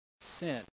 sin